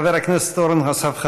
חבר הכנסת אורן אסף חזן,